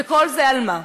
וכל זה על מה?